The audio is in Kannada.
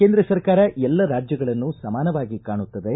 ಕೇಂದ್ರ ಸರ್ಕಾರ ಎಲ್ಲ ರಾಜ್ಯಗಳನ್ನು ಸಮಾನವಾಗಿ ಕಾಣುತ್ತದೆ